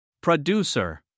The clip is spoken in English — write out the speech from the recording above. Producer